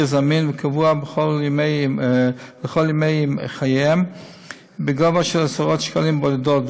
זמין וקבוע לכל ימי חייהם בגובה של עשרות שקלים בודדים,